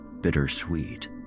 bittersweet